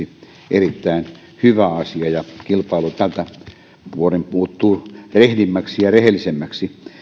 erittäin hyvä asia ja kilpailu tältä puolen muuttuu rehdimmäksi ja rehellisemmäksi